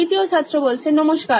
দ্বিতীয় ছাত্র নমস্কার